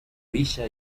villa